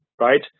right